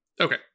okay